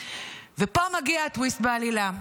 ופה מגיע הטוויסט בעלילה.